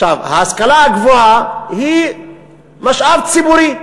ההשכלה הגבוהה היא משאב ציבורי,